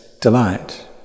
delight